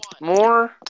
More